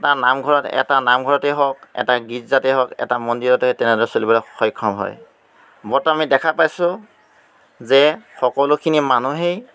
এটা নামঘৰত এটা নামঘৰতেই হওক এটা গীৰ্জাতে হওক এটা মন্দিৰতেই তেনেদৰে চলিবলৈ সক্ষম হয় বৰ্তমান আমি দেখা পাইছোঁ যে সকলোখিনি মানুহেই